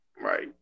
Right